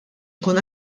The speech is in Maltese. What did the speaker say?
ikun